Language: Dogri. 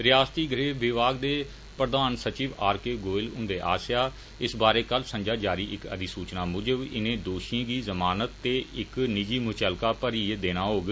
रयासती गृह विभाग दे प्रधान सचिव आर के गोयल हुंदे आसेआ इस बारै कल संञा जारी इक अधिसूचना मुजब इनें दोशियें गी जमानत ते इक निजी मचल्लका भरिए देना होग